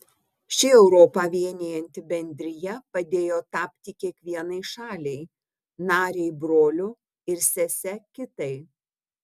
ši europą vienijanti bendrija padėjo tapti kiekvienai šaliai narei broliu ir sese kitai